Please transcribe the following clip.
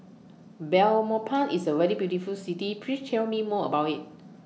Belmopan IS A very beautiful City Please Tell Me More about IT